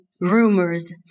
rumors